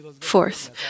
Fourth